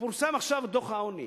פורסם עכשיו דוח העוני,